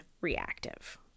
reactive